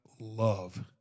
Love